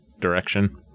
direction